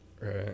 Right